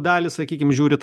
dalį sakykim žiūrit